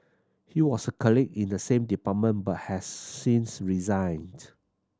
he was a colleague in the same department but has since resigned